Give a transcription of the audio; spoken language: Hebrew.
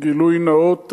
גילוי נאות.